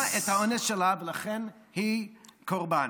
מזמינה את האונס שלה, ולכן היא קורבן.